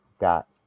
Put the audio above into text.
got